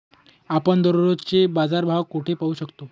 आपण दररोजचे बाजारभाव कोठे पाहू शकतो?